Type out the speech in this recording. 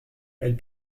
elle